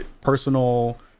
Personal